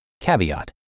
Caveat